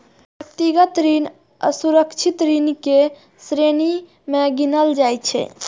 व्यक्तिगत ऋण असुरक्षित ऋण के श्रेणी मे गिनल जाइ छै